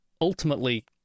ultimately